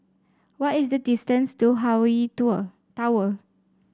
what is the distance to Hawaii Tower